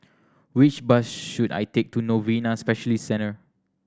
which bus should I take to Novena Specialist Centre